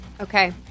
Okay